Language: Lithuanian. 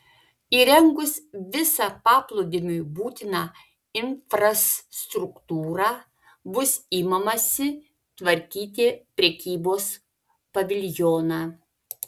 įrengus visą paplūdimiui būtiną infrastruktūrą bus imamasi tvarkyti prekybos paviljoną